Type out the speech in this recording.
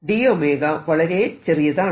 d 𝝮 വളരെ ചെറിയതാണ്